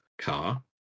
car